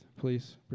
please